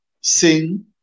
sing